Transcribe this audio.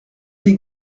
des